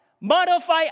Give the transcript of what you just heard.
modify